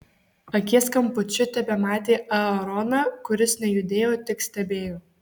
akies kampučiu tebematė aaroną kuris nejudėjo tik stebėjo